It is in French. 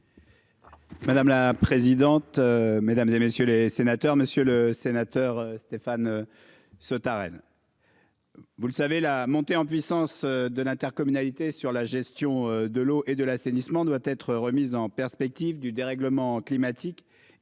Madame la présidente, mesdames et messieurs les sénateurs, monsieur le sénateur Stéphane. Sautarel. Vous le savez, la montée en puissance de l'intercommunalité sur la gestion de l'eau et de l'assainissement doit être remise en perspective du dérèglement climatique et des enjeux de la gestion de l'eau